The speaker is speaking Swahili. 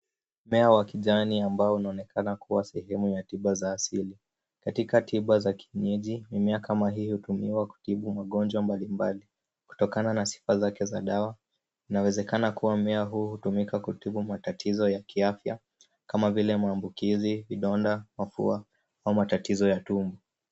Mmea wa kijani ambao unaonekana kuwa sehemu ya tiba za asili. Katika tiba za kienyeji, mimea kama hii hutumiwa kutibu magonjwa mbalimbali. Kutokana na sifa zake za dawa inawezekana kuwa mmea huu hutumika kutibu matatizo ya kiafya kama vile maambukizi, vidonda , mafua au matatizo ya tumbo.